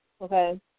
okay